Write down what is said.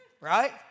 right